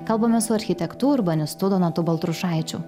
kalbame su architektu urbanistu donatu baltrušaičiu